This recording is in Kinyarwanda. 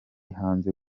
hanze